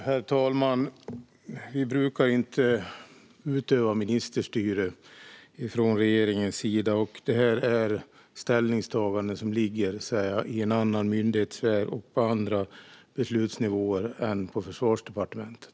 Herr talman! Vi brukar inte utöva ministerstyre från regeringens sida. Det här är ett ställningstagande som ligger i en annan myndighetssfär och på andra beslutsnivåer än på Försvarsdepartementet.